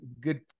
good